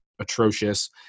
atrocious